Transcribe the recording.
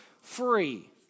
free